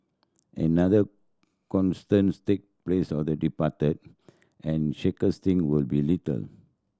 another take place of the departed and thing will be little